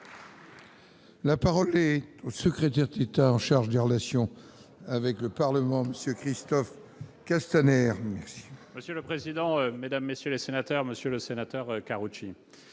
La parole est au secrétaire qui est en charge des relations avec le Parlement monsieur Christophe Castaner, maire. Monsieur le président, Mesdames, messieurs les sénateurs, Monsieur le Sénateur, Karoutchi